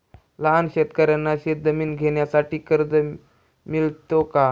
लहान शेतकऱ्यांना शेतजमीन घेण्यासाठी कर्ज मिळतो का?